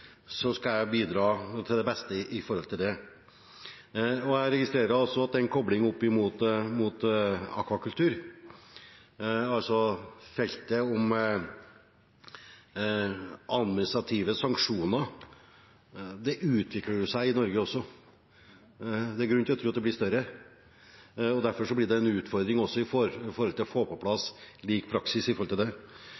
skal jeg bidra til det beste for det. Jeg registrerer også at det er en kobling opp mot akvakultur – altså feltet administrative sanksjoner – det utvikler seg i Norge også. Det er grunn til å tro at det blir større. Derfor blir det en utfordring også å få på plass